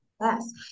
Yes